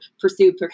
pursue